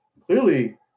clearly